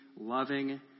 loving